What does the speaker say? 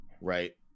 right